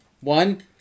One